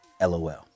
LOL